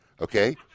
Okay